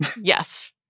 Yes